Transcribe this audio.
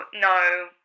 No